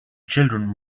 children